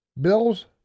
Bills